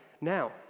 now